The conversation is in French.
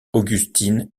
augustine